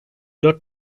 dört